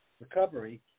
recovery